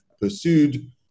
pursued